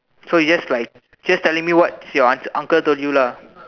so it's like just telling me what's your un uncle told you lah